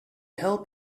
help